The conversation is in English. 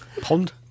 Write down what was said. Pond